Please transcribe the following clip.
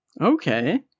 Okay